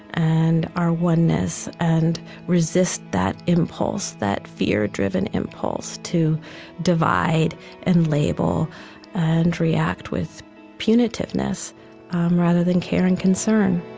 and our oneness, and resist that impulse, that fear-driven impulse to divide and label and react with punitiveness um rather than care and concern